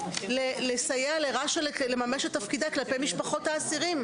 לסייע לרש"א לממש את תפקידה כלפי משפחות האסירים,